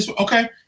Okay